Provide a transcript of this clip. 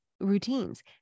routines